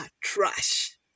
trash